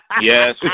Yes